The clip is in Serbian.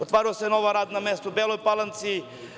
Otvaraju se nova radna mesta u Beloj Palanci.